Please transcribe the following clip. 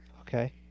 okay